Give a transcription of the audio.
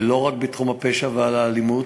ולא רק בתחום הפשע והאלימות?